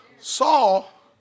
Saul